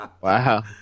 wow